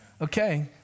Okay